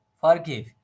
Forgive